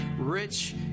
rich